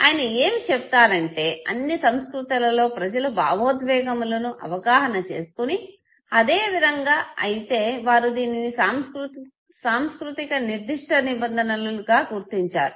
అయన ఏమి చెబుతారంటే అన్ని సంస్కృతులలో ప్రజలు భావోద్వేగములను అవగాహన చేసుకుని అదే విధంగా అయితే వారు దీనిని సాంస్కృతిక నిర్దిష్ట నిబంధనలను గా గుర్తించారు